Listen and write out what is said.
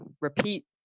repeat